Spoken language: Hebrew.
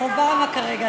אובמה כרגע.